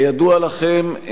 כידוע לכם,